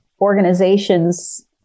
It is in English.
organizations